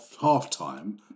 half-time